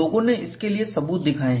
लोगों ने इसके लिए सबूत दिखाए हैं